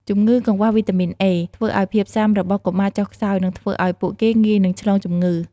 ជម្ងឺកង្វះវីតាមីន A ធ្វើឱ្យភាពស៊ាំរបស់កុមារចុះខ្សោយ និងធ្វើឱ្យពួកគេងាយនឹងឆ្លងជម្ងឺ។